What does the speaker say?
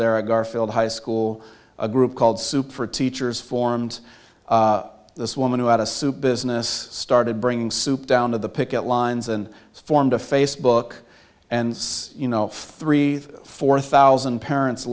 there at garfield high school a group called super teachers formed this woman who had a soup business started bringing soup down to the picket lines and formed a facebook and you know three or four thousand parents